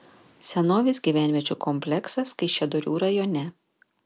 senovės gyvenviečių kompleksas kaišiadorių rajone